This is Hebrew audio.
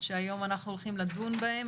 שהיום אנחנו נדון בהם.